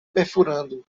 perfurando